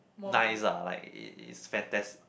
nice ah like it it's fantas~